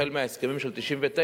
החל מההסכמים של 1999,